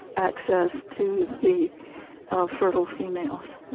access to the ah fertile females.